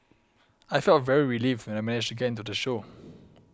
I felt very relieved when I managed to get into the show